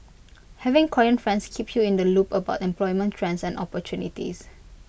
having Korean friends keep you in the loop about employment trends and opportunities